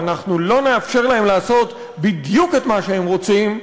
אנחנו לא נאפשר להם לעשות בדיוק את מה שהם רוצים,